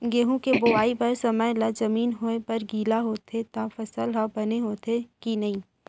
गेहूँ के बोआई बर समय ला जमीन होये बर गिला होथे त फसल ह बने होथे की नही?